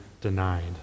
denied